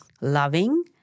loving